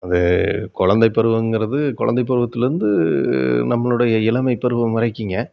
அது கொழந்தை பருவம்ங்கிறது கொழந்தை பருவத்திலருந்து நம்மளுடைய இளமை பருவம் வரைக்கும்ங்க